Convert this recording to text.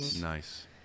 nice